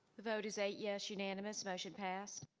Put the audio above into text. vote is eight yes, unanimous motion passed.